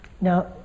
Now